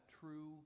true